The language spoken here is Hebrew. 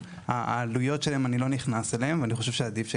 אני לא נכנס לעלויות שלהם, ואני חושב שעדיף שכך.